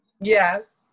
Yes